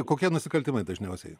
kokie nusikaltimai dažniausiai